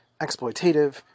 exploitative